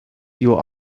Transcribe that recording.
your